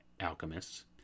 alchemists